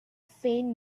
faint